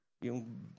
yung